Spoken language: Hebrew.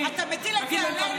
חברי הכנסת.